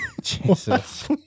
Jesus